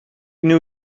new